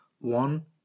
one